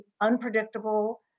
unpredictable